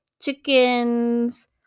chickens